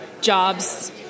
jobs